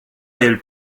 del